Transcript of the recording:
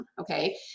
Okay